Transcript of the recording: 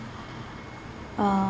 uh